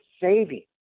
saving